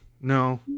No